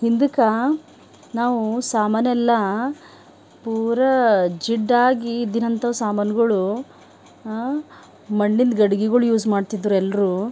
ಹಿಂದಕ್ಕೆ ನಾವು ಸಾಮಾನೆಲ್ಲ ಪೂರಾ ಜಿಡ್ಡಾಗಿ ಇದ್ದಿನಂಥವು ಸಾಮಾನುಗಳು ಮಣ್ಣಿಂದು ಗಡಿಗೆಗಳು ಯೂಸ್ ಮಾಡ್ತಿದ್ದರು ಎಲ್ಲರೂ